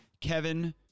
Kevin